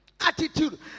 Attitude